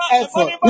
effort